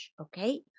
Okay